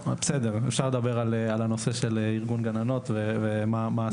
אפשר לדבר על נושא ארגון הגננות, מה הסיפור שם.